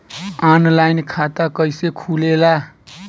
Online खाता कइसे खुलेला?